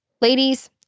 Ladies